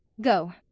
Go